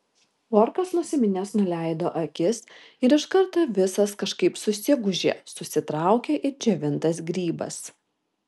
orkas nusiminęs nuleido akis ir iš karto visas kažkaip susigūžė susitraukė it džiovintas grybas